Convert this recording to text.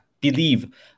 believe